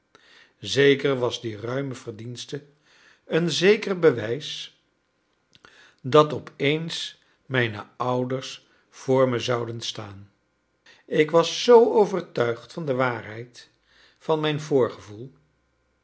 zeker was die ruime verdienste een zeker bewijs dat opeens mijne ouders vr me zouden staan ik was zoo overtuigd van de waarheid van mijn voorgevoel